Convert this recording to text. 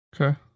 Okay